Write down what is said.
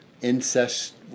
incest